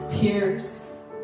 peers